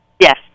Yes